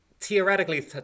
theoretically